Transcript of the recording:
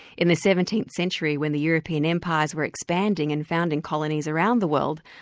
in the seventeenth century when the european empires were expanding and founding colonies around the world,